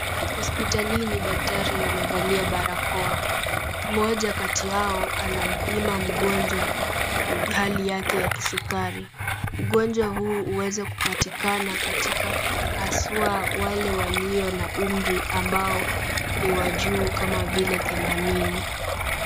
Hospitalini daktari wamevalia barakoa. Mmoja kati yao anampima mgonjwa hali yake ya kisukari. Ugonjwa huu huweza kupatikana katika hasa wale walio na umri ambao ni wa juu kama vile themanini.